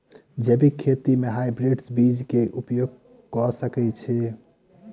जैविक खेती म हायब्रिडस बीज कऽ उपयोग कऽ सकैय छी?